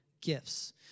gifts